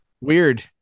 weird